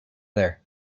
there